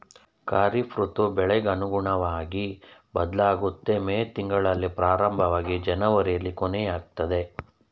ಖಾರಿಫ್ ಋತು ಬೆಳೆಗ್ ಅನುಗುಣ್ವಗಿ ಬದ್ಲಾಗುತ್ತೆ ಮೇ ತಿಂಗ್ಳಲ್ಲಿ ಪ್ರಾರಂಭವಾಗಿ ಜನವರಿಲಿ ಕೊನೆಯಾಗ್ತದೆ